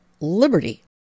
Liberty